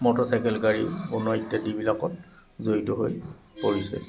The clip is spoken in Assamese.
মটৰচাইকেল গাড়ী বনোৱা ইত্যাদিবিলাকত জড়িত হৈ পৰিছে